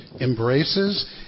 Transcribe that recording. embraces